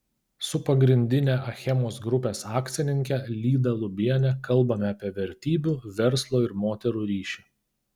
su pagrindine achemos grupės akcininke lyda lubiene kalbame apie vertybių verslo ir moterų ryšį